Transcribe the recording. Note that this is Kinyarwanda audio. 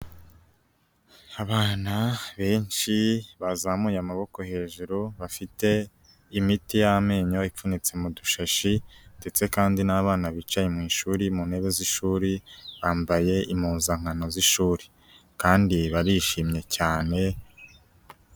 Abana benshi bazamuye amaboko hejuru, bafite imiti y'amenyo ipfunyitse mu dushashi ndetse kandi n'abana bicaye mu ishuri mu ntebe z'ishuri, bambaye impuzankano z'ishuri kandi barishimye cyane.